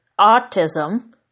autism